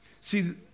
See